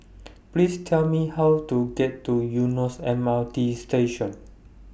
Please Tell Me How to get to Eunos M R T Station